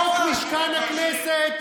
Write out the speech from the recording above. חוק משכן הכנסת